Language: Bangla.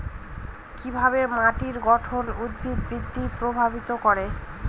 কিভাবে মাটির গঠন উদ্ভিদ বৃদ্ধি প্রভাবিত করে?